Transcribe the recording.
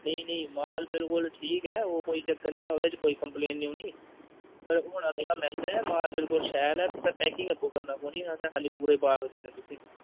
नेईं नेईं माल बिल्कुल ठीक ऐ ओह् कोई चक्कर नेईं ऐ ओह्दे च कोई कंप्लेन नी औंदी पर होना थोह्ड़ा मैंह्गा ऐ माल बिल्कुल शैल ऐ तुसेंई पैकिंग आपूं करना पौनी पौंदी असें खाल्ली पूरे बाग देने तुसें